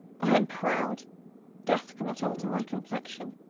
i am proud death cannot alter my complexion,